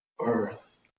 earth